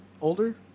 older